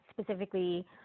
specifically